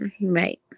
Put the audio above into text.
Right